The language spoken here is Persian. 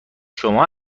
شما